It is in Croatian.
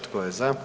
Tko je za?